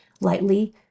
lightly